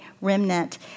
remnant